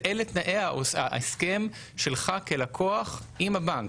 אלה תנאי ההסכם שלך כלקוח עם הבנק.